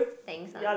thanks ah